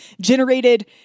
generated